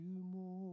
more